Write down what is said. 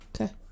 Okay